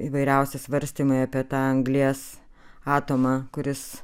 įvairiausi svarstymai apie tą anglies atomą kuris